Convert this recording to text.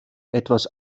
etwas